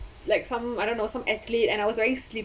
like some I don't know some athlete and I was wearing slip~